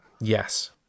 Yes